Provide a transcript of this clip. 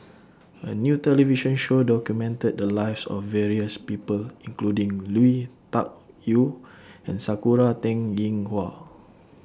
A New television Show documented The Lives of various People including Lui Tuck Yew and Sakura Teng Ying Hua